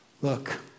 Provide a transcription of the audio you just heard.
Look